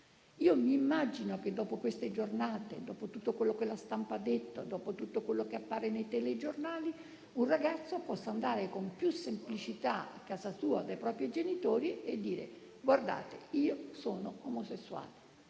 Io immagino che, dopo queste giornate, dopo tutto quanto la stampa ha detto e dopo tutto quello che appare nei telegiornali, un ragazzo possa andare con più semplicità a casa sua, dai propri genitori, e dire loro di essere omosessuale